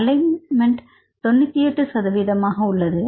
alignment 98 சதவிகிதமாக உள்ளது